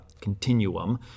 continuum